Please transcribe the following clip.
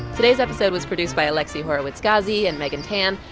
today's episode was produced by alexi horowitz-ghazi and megan tan.